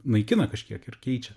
naikina kažkiek ir keičia